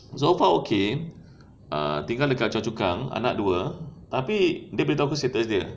so far okay ah tinggal dekat choa chu kang anak dua tapi dia kasih tahu aku status dia ah